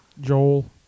Joel